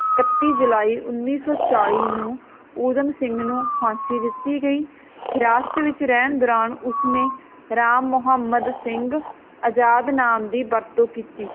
ਕੱਤੀ ਜੁਲਾਈ ਉੱਨੀ ਸੌ ਚਾਲੀ ਨੂੰ ਊਧਮ ਸਿੰਘ ਨੂੰ ਫਾਂਸੀ ਦਿੱਤੀ ਗਈ ਹਿਰਾਸਤ ਵਿੱਚ ਰਹਿਣ ਦੌਰਾਨ ਉਸਨੇ ਰਾਮ ਮੁਹੰਮਦ ਸਿੰਘ ਆਜ਼ਾਦ ਨਾਮ ਦੀ ਵਰਤੋਂ ਕੀਤੀ